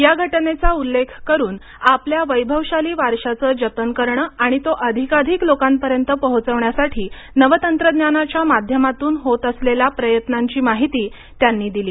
या घटनेचा उल्लेख करून आपल्या वैभवशाली वारशाचे जतन करणे आणि तो अधिकाधिक लोकांपर्यंत पोहोचवण्यासाठी नवतंत्रज्ञानाच्या माध्यमातून होत असलेल्या प्रयत्नांची माहिती त्यांनी दिली